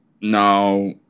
Now